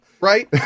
right